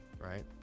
right